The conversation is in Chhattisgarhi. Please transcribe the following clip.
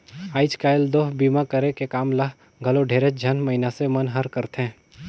आयज कायल तो बीमा करे के काम ल घलो ढेरेच झन मइनसे मन हर करथे